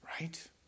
Right